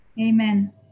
Amen